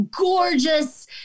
gorgeous